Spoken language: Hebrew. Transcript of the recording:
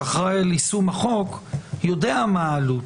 שאחראי על יישום החוק, יודע מהי העלות.